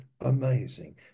amazing